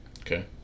Okay